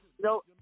no